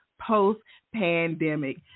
post-pandemic